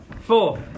Four